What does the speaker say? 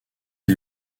les